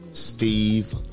Steve